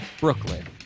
brooklyn